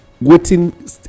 waiting